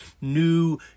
new